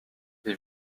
les